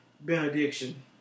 benediction